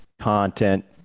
content